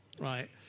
right